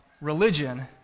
religion